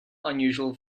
unusual